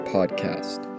Podcast